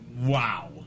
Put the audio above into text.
Wow